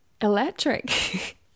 electric